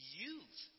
youth